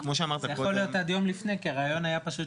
זה יכול להיות עד יום לפני כי הרעיון היה פשוט